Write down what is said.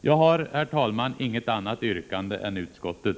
Jag har, herr talman, inget annat yrkande än utskottet.